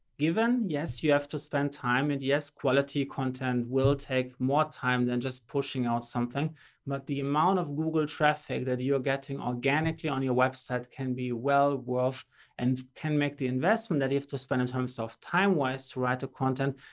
given, yes, you have to spend time and yes, quality content will take more time than just pushing out something but the amount of google traffic that you're getting organically on your website can be well-worth and can make the investment that you have to spend at home in terms of time-wise. to write a content,